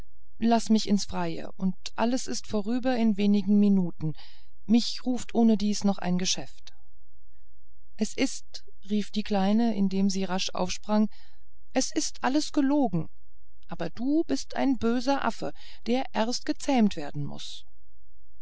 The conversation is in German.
laß mich ins freie und alles ist vorüber in wenigen minuten mich ruft ohnedies noch ein geschäft es ist rief die kleine indem sie rasch aufsprang es ist alles gelogen aber du bist ein böser affe der erst gezähmt werden muß